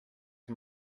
and